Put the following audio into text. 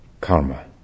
karma